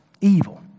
evil